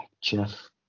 Jeff